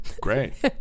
great